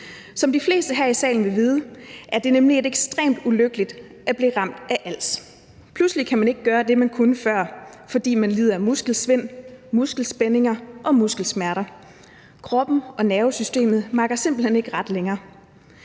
Som de fleste her i salen vil vide, er det nemlig ekstremt ulykkeligt at blive ramt af als. Pludselig kan man ikke gøre det, man kunne før, fordi man lider af muskelsvind, muskelspændinger og muskelsmerter. Kroppen og nervesystemet makker simpelt hen ikke ret længere.